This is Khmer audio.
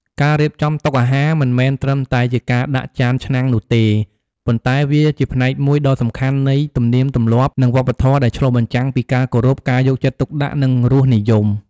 ការរៀបចំតុអាហារមិនមែនត្រឹមតែជាការដាក់ចានឆ្នាំងនោះទេ ប៉ុន្តែវាជាផ្នែកមួយដ៏សំខាន់នៃទំនៀមទម្លាប់ និងវប្បធម៌ដែលឆ្លុះបញ្ចាំងពីការគោរព ការយកចិត្តទុកដាក់ និងរសនិយម។